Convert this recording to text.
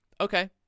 okay